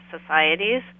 societies